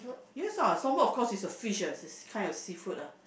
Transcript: yes lah salmon of course is a fish ah it's kind of seafood ah